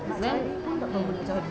then mm